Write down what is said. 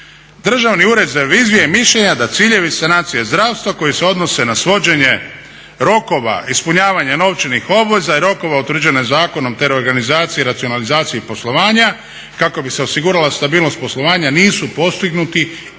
Državni ured za reviziju je mišljenja da ciljevi sanacije zdravstva koji se odnose na svođenje rokova, ispunjavanje novčanih obveza i rokova utvrđene zakonom te reorganizaciji, racionalizaciji poslovanja kako bi se osigurala stabilnost poslovanja nisu postignuti iako